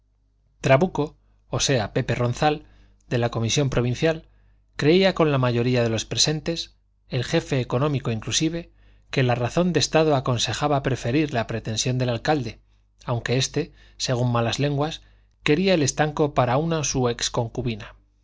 trabuco o sea pepe ronzal de la comisión provincial creía con la mayoría de los presentes el jefe económico inclusive que la razón de estado aconsejaba preferir la pretensión del alcalde aunque este según malas lenguas quería el estanco para una su ex concubina